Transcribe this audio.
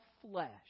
flesh